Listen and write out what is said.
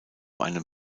einem